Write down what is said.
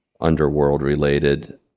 underworld-related